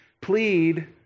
plead